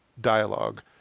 dialogue